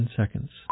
seconds